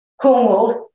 Cornwall